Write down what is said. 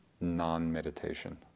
non-meditation